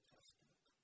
Testament